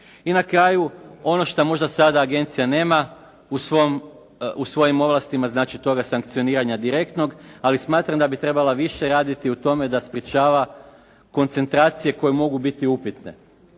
I na kraju ono što možda sada agencija nema u svojim ovlastima, znači toga sankcioniranja direktnog, ali smatram da bi trebala više raditi u tome da sprječava koncentracije koje mogu biti upitne.